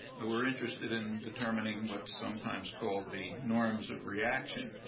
ah we're interested in determining what's sometimes called the norms of reaction,